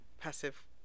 passive